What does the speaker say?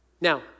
Now